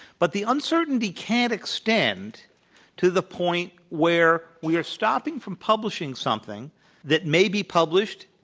but the uncertainty can't extend to the point where we are stopping from publishing something that may be published,